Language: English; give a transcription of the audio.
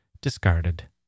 discarded